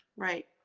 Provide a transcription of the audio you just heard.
right.